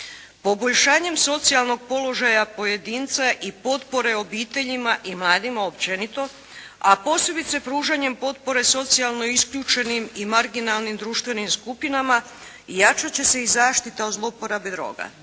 Poboljšanjem socijalnog položaja pojedinca i potpore obiteljima i mladima općenito, a posebice pružanjem potpore socijalno isključenim i marginalnim društvenim skupinama jačat će se i zaštita od zlouporabe droga.